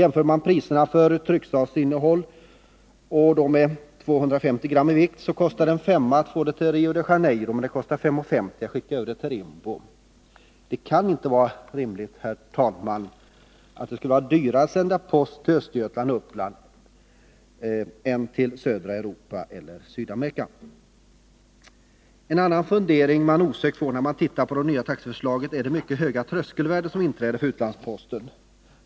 Om trycksaksförsändelsen väger 250 gram kostar det en femma att få den till Rio de Janiero, medan det kostar 5:50 kr. att skicka den till Rimbo. Det kan inte vara rimligt, herr talman, att det blir dyrare att sända post till Östergötland och Uppland än till södra Europa eller Sydamerika. En annan fundering som man osökt gör när man tittar på det nya taxeförslaget är de mycket höga tröskelvärden som inträder för utlandsposten.